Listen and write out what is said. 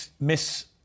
miss